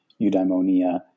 eudaimonia